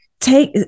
take